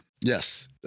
Yes